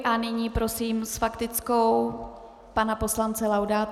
A nyní prosím s faktickou pana poslance Laudáta.